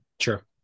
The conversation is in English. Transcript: Sure